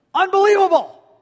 Unbelievable